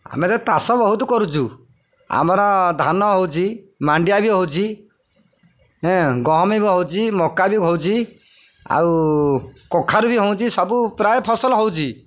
ଆମେ ଯେ ଚାଷ ବହୁତ କରୁଛୁ ଆମର ଧାନ ହେଉଛି ମାଣ୍ଡିଆ ବି ହେଉଛି ହଁ ଗହମ ବି ହେଉଛି ମକା ବି ହେଉଛି ଆଉ କଖାରୁ ବି ହେଉଛି ସବୁ ପ୍ରାୟ ଫସଲ ହେଉଛି